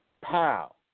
pow